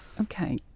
Okay